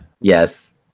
Yes